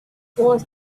was